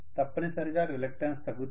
తప్పనిసరిగా రిలక్టన్స్ తగ్గుతుంది